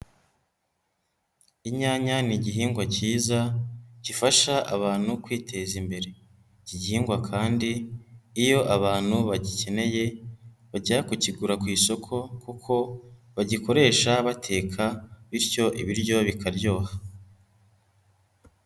Inyanya ni igihingwa cyiza gifasha abantu kwiteza imbere, iki gihingwa kandi iyo abantu bagikeneye bajya kukigura ku isoko kuko bagikoresha bateka bityo ibiryo bikaryoha.